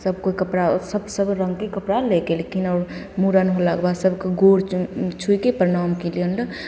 सभ कोइ कपड़ा सभ सबरङ्गके कपड़ा लैके अएलखिन आओर मूड़न भेलाके बाद सभकेँ गोड़ चुन छुइके परनाम कएलिए हमरा